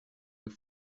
your